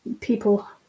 people